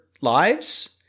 lives